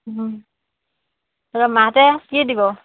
ৰহ মাহঁতে কি দিব